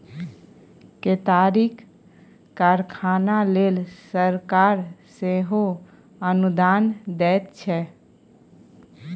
केतारीक कारखाना लेल सरकार सेहो अनुदान दैत छै